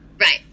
Right